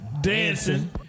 dancing